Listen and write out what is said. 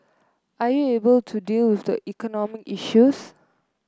are you able to deal with the economic issues